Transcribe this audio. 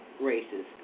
races